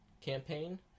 campaign